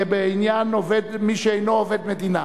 בעניין מי "שאינו עובד מדינה".